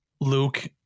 Luke